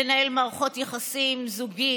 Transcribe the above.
לנהל מערכת יחסים זוגית,